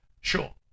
Sure